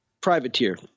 Privateer